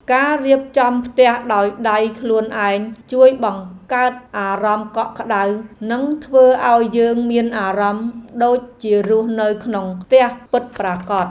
ការរៀបចំផ្ទះដោយដៃខ្លួនឯងជួយបង្កើតអារម្មណ៍កក់ក្ដៅនិងធ្វើឱ្យយើងមានអារម្មណ៍ដូចជារស់នៅក្នុងផ្ទះពិតប្រាកដ។